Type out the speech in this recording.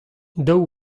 daou